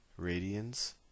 radians